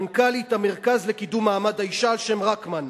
מנכ"לית המרכז לקידום מעמד האשה על-שם רקמן.